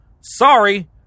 Sorry